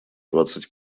двадцать